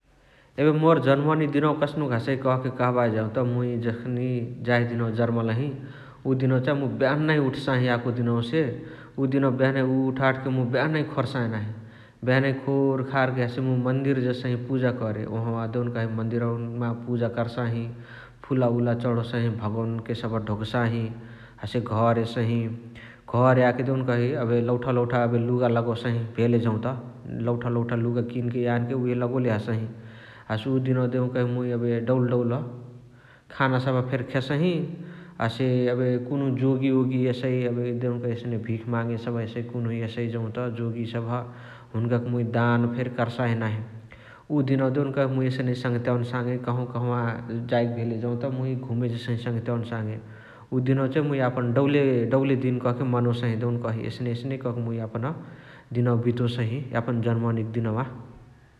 एबे मोर जर्मली दिनवा कस्नुक हसइ कहके कहबाही जौत मुइ जखानेए जाही दिनवा जर्मलही उ दिनवा चाइ मुइ बेहनही उठसाही याको दिनवसे । उ दिनवा बेहनही उठ आठके मुइ बेहनही खोर्साही नाही । बेहनही खोरखारके हसे मुइ मन्दिर जेसही पुजा करे । ओहावाअ देउनकही मन्दिरवमा पुजा कर्साही फुला उला चण्होसही भागओनवने सबह ढोकसाही हसे घर एसही । घर याके देउनकही एबे लौठ लौठ एबे लुगा लगोसही भेले जौत । लौठा लौठा लुगा किनके यानके उहे लगोले हसही । हसे उ दिनवा देउकही मुइ एबे डौल डौल खान सबह फेरी खेसही । हसे एबे जोगी ओगि एसइ एबे देउकही एसने भिख माङे सबह एसइ कुनुहु एसइ जौत जोगी सबह हुन्कके मुइ दान फेरी कर्साही नाही । उ दिनवा देउकही मुइ एसने सङ्हतियावनी साङे कहवा कहवा जाएके भेले जौत मुइ जेसही सङ्हतियावनी साङे । उ दिनवा चाइ मुइ यापन डौले डौले दिन कहाँके मनोसही देउकही एसने एसने कके मुइ यापन दिनवा बितोसही यापन जर्मली दिनवा ।